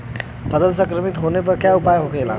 फसल संक्रमित होने पर क्या उपाय होखेला?